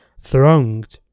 thronged